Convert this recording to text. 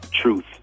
truth